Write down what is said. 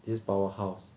this powerhouse